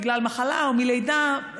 בגלל מחלה או מלידה,